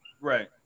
right